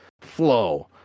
flow